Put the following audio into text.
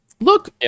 look